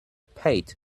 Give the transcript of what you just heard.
paid